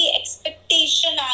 expectation